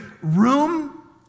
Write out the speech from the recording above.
room